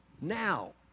now